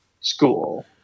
school